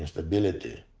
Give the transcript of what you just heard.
instability,